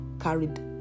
carried